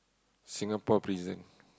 Singapore prison